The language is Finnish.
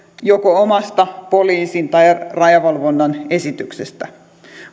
joko omasta poliisin tai rajavalvonnan esityksestä